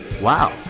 Wow